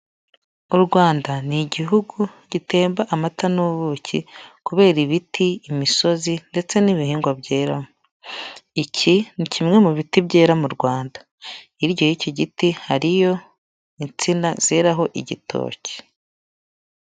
U Rwanda ni Igihugu gitemba amata n'ubuki kubera ibiti, imisozi ndetse n'ibihingwa byera, iki ni kimwe mu biti byera mu Rwanda, hirya y'iki giti hariyo insina zeraho igitoki.